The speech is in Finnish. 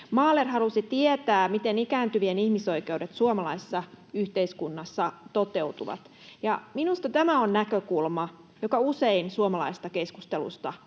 Mahler halusi tietää, miten ikääntyvien ihmisoikeudet suomalaisessa yhteiskunnassa toteutuvat. Ja minusta tämä on näkökulma, joka usein suomalaisesta keskustelusta